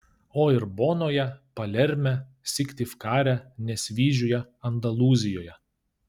o ir bonoje palerme syktyvkare nesvyžiuje andalūzijoje